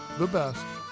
the best,